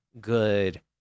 good